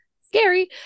Scary